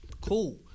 cool